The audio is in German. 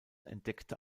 entdeckte